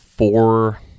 Four